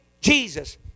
Jesus